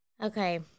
Okay